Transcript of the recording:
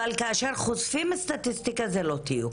אבל כאשר חושפים סטטיסטיקה זה לא תיוג.